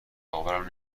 باورم